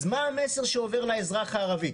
אז מה המסר שעובר לאזרח הערבי?